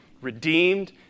redeemed